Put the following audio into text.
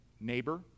neighbor